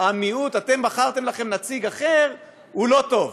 המיעוט, אתם בחרתם נציג אחר, הוא לא טוב.